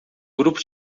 grupo